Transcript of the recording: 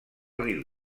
riu